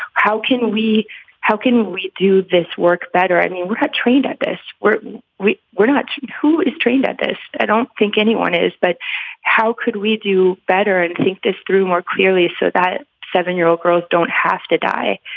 how can we how can we do this work better? i mean, we're not trained at this where we we're not who is trained at this. i don't think anyone is. but how could we do better and think this through more clearly so that seven year old girls don't have to die